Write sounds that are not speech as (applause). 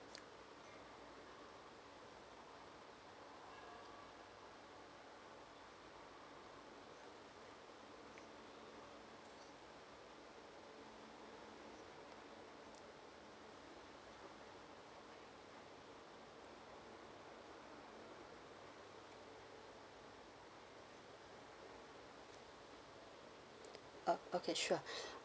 orh okay sure (breath)